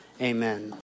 amen